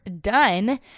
done